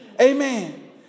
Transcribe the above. Amen